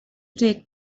take